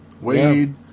Wade